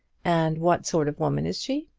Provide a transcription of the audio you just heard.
and what sort of woman is she?